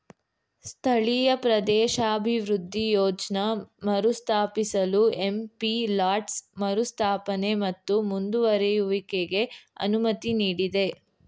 ಸ್ಥಳೀಯ ಪ್ರದೇಶಾಭಿವೃದ್ಧಿ ಯೋಜ್ನ ಮರುಸ್ಥಾಪಿಸಲು ಎಂ.ಪಿ ಲಾಡ್ಸ್ ಮರುಸ್ಥಾಪನೆ ಮತ್ತು ಮುಂದುವರೆಯುವಿಕೆಗೆ ಅನುಮತಿ ನೀಡಿದೆ